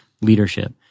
leadership